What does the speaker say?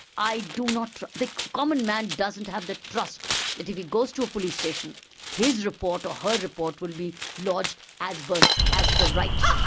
i do not trust. the common man doesn't have the trust that if he goes to a police station his report or her report will be lodged as but as per right.